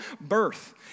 birth